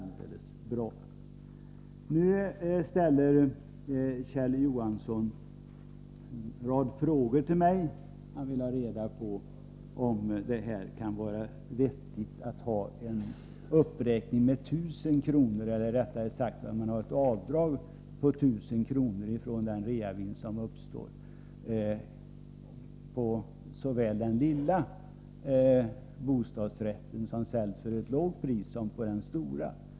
Kjell Johansson ställde en rad frågor till mig. Han vill ha reda på om det kan vara vettigt att ha ett avdrag på 1 000 kr. från den reavinst som uppstår på såväl den lilla bostadsrätten som säljs för ett lågt pris som för den stora.